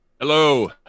Hello